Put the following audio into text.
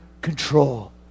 control